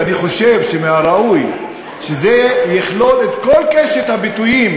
ואני חושב שמן הראוי שזה יכלול את כל קשת הביטויים